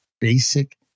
basic